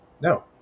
No